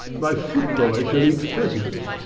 my foot-boy shall eat pheasants,